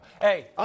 Hey